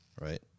Right